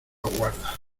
aguarda